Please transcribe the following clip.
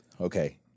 Okay